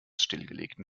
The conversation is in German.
stillgelegten